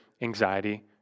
anxiety